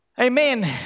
Amen